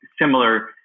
similar